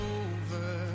over